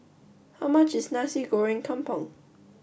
how much is Nasi Goreng Kampung